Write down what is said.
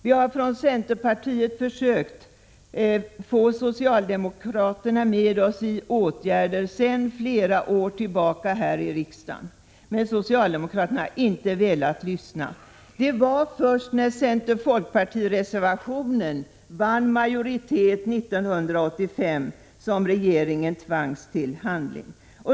Sedan flera år tillbaka försöker centern här i riksdagen få med sig socialdemokraterna när det gäller att vidta åtgärder. Men socialdemokraterna har inte velat lyssna. Det var först när center-folkparti-reservationen vann majoritet 1985 som regeringen tvangs till handling.